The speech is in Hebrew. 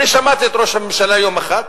שמעתי את ראש הממשלה יום אחד,